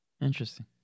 Interesting